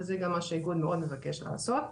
וזה גם מה שהאיגוד מאוד מבקש לעשות,